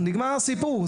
נגמר הסיפור.